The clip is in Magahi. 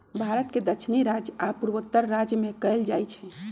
भारत के दक्षिणी राज्य आ पूर्वोत्तर राज्य में कएल जाइ छइ